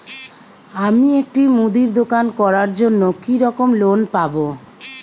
আমি একটি মুদির দোকান করার জন্য কি রকম লোন পাব?